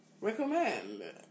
Recommend